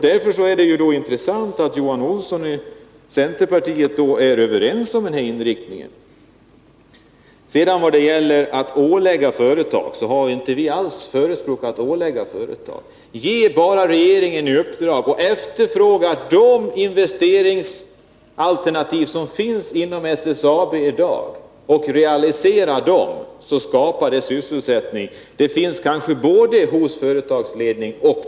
Därför är det intressant att Johan Olsson och centerpartiet är överens med oss om inriktningen. I vad gäller ålägganden gentemot företagen har vi inte alls förespråkat sådana. Ge bara regeringen i uppdrag att efterfråga de investeringsalternativ som finns inom SSAB i dag! Om man ser till att de realiseras, så skapas sysselsättning.